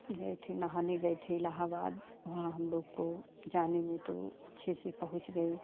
गए थे नहाने गए थे इलाहाबाद वहाँ हम लोग को जाने में तो अच्छे से पहुँच गए